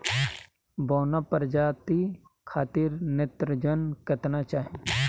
बौना प्रजाति खातिर नेत्रजन केतना चाही?